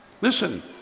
Listen